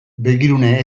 begirune